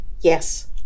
Yes